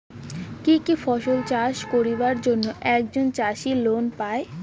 কি কি ফসল চাষ করিবার জন্যে একজন চাষী লোন পায়?